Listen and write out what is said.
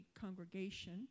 congregation